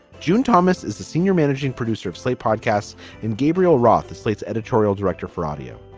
june thomas is the senior managing producer of slate podcasts and gabriel roth is slate's editorial director for audio.